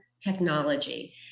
technology